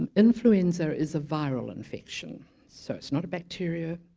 um influenza is a viral infection so it's not a bacteria,